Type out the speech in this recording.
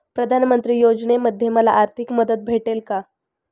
प्रधानमंत्री योजनेमध्ये मला आर्थिक मदत भेटेल का?